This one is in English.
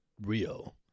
Rio